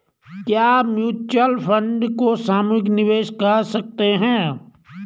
क्या mutual fund को सामूहिक निवेश कह सकते हैं?